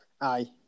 Aye